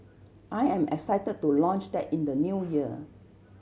I am excited to launch that in the New Year